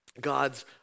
God's